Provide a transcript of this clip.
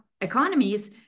economies